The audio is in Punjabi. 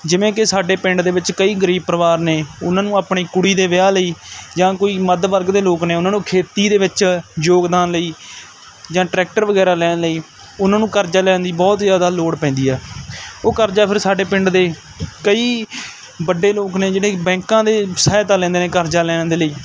ਜਿਵੇਂ ਕਿ ਸਾਡੇ ਪਿੰਡ ਦੇ ਵਿੱਚ ਕਈ ਗਰੀਬ ਪਰਿਵਾਰ ਨੇ ਉਹਨਾਂ ਨੂੰ ਆਪਣੀ ਕੁੜੀ ਦੇ ਵਿਆਹ ਲਈ ਜਾਂ ਕੋਈ ਮੱਧ ਵਰਗ ਦੇ ਲੋਕ ਨੇ ਉਹਨਾਂ ਨੂੰ ਖੇਤੀ ਦੇ ਵਿੱਚ ਯੋਗਦਾਨ ਲਈ ਜਾਂ ਟਰੈਕਟਰ ਵਗੈਰਾ ਲੈਣ ਲਈ ਉਹਨਾਂ ਨੂੰ ਕਰਜ਼ਾ ਲੈਣ ਦੀ ਬਹੁਤ ਜ਼ਿਆਦਾ ਲੋੜ ਪੈਂਦੀ ਆ ਉਹ ਕਰਜ਼ਾ ਫਿਰ ਸਾਡੇ ਪਿੰਡ ਦੇ ਕਈ ਵੱਡੇ ਲੋਕ ਨੇ ਜਿਹੜੇ ਬੈਂਕਾਂ ਦੀ ਸਹਾਇਤਾ ਲੈਂਦੇ ਨੇ ਕਰਜ਼ਾ ਲੈਣ ਦੇ ਲਈ